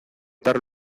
cortar